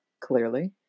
clearly